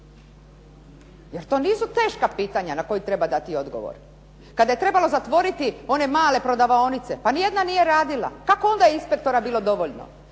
Jer to nisu teška pitanja na koja treba dati odgovor. Kada je trebalo zatvoriti one male prodavaonice, pa ni jedna nije radila. Kako je onda inspektora bilo dovoljno?